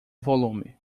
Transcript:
volume